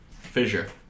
Fissure